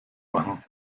machen